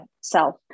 self